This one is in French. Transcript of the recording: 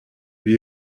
lui